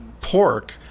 pork